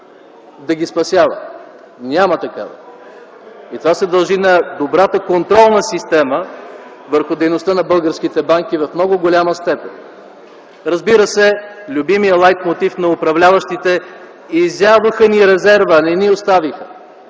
да ги спасява? Няма такава. Това се дължи на добрата контролна система върху дейността на българските банки в много голяма степен. Разбира се, любимият лайтмотив на управляващите е: „изядоха ни резерва, не ни оставиха”.